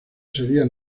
seria